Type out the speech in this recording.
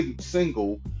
single